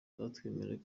batwemerera